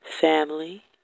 family